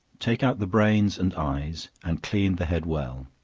take out the brains and eyes, and clean the head well